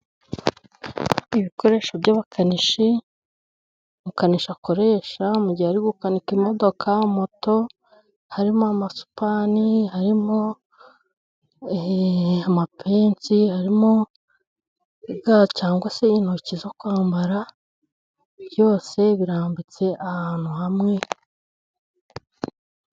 Ibikoresho by'abakanishi, umukanishi akoresha mu gihe ari gukanika imodoka, moto harimo amasupani, harimo amapensi, harimo ga cyangwa se intoki zo kwambara, byose birambitse ahantu hamwe.